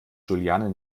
juliane